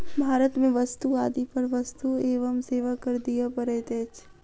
भारत में वस्तु आदि पर वस्तु एवं सेवा कर दिअ पड़ैत अछि